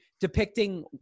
depicting